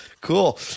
Cool